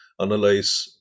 analyze